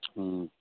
हुँ